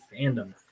fandom